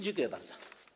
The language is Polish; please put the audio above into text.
Dziękuję bardzo.